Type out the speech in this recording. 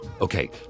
Okay